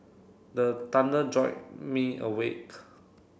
the thunder jolt me awake